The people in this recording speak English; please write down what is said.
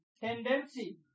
tendency